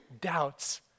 doubts